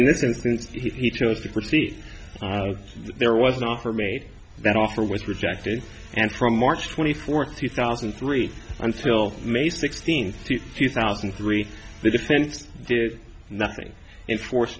in this instance he chose to proceed there was an offer made that offer was rejected and from march twenty fourth two thousand and three until may sixteenth two thousand and three the defense did nothing in force